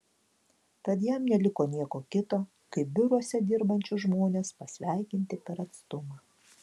tad jam neliko nieko kito kaip biuruose dirbančius žmones pasveikinti per atstumą